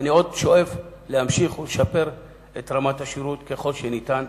ואני עוד שואף להמשיך לשפר את רמת השירות ככל שניתן.